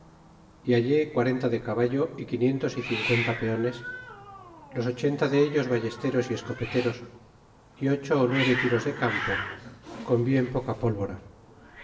y hallé quarenta de caballo a y quinientos y cincuenta peones los ochenta de ellos balleste ros y escopeteros y ocho ó nueve tiros de campo con bien poca pólvora